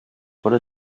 bore